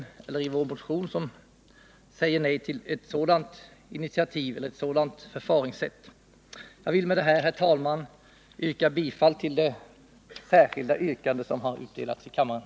Jag vill med det anförda, herr talman, hemställa om bifall till följande yrkanden, som har utdelats till kammarens ledamöter: att riksdagen med anledning av motionen 1977/78:362 beslutar 2. hos regeringen begära att Sverige i FN verkar för ett fördömande av de iranska, amerikanska och brittiska förbrytelserna mot det omanska folket.